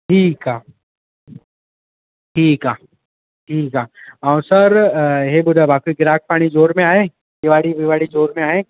ठीकु आहे ठीकु आहे ठीकु आ ऐं सर ई ॿुधायो बाक़ी घिराक पाणी जोर में आहे दीवाली विवाणी जोर में आहे